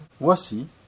voici